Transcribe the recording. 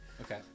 Okay